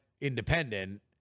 independent